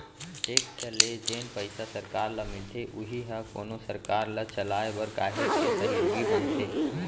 tax ले जेन पइसा सरकार ल मिलथे उही ह कोनो सरकार ल चलाय बर काहेच के सहयोगी बनथे